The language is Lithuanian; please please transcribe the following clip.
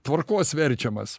tvarkos verčiamas